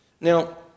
Now